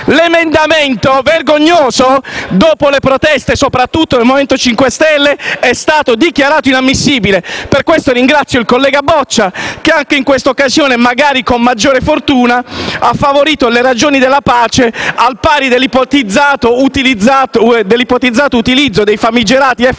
emendamento, soprattutto dopo le proteste del Movimento 5 Stelle, è stato dichiarato inammissibile. Per questo ringrazio il collega Boccia, che, anche in quest'occasione, magari con maggiore fortuna, ha favorito le ragioni della pace, al pari dell'ipotizzato utilizzo dei famigerati F35